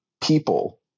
people